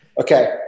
Okay